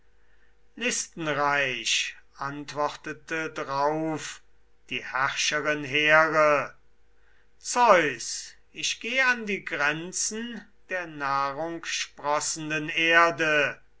listenreich antwortete drauf die herrscherin here zeus ich geh an die grenzen der nahrungsprossenden erde